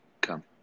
Come